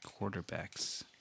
quarterbacks